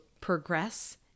progress